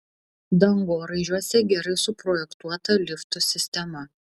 dangoraižiuose gerai suprojektuota liftų sistema